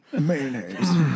mayonnaise